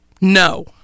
No